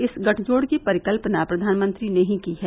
इस गठजोड़ की परिकल्पना प्रधानमंत्री ने ही की है